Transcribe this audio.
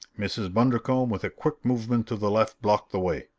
mrs. bundercombe, with a quick movement to the left, blocked the way.